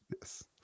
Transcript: yes